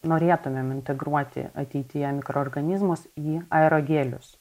norėtumėm integruoti ateityje mikroorganizmus į aerogelius